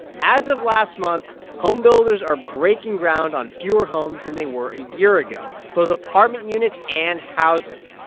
as of last month, homebuilders are breaking ground on fewer homes than they were a year ago, both apartment units and houses.